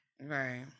Right